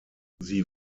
sie